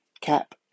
Cap